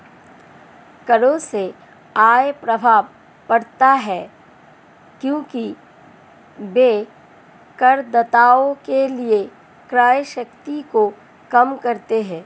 करों से आय प्रभाव पड़ता है क्योंकि वे करदाताओं के लिए क्रय शक्ति को कम करते हैं